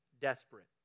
desperate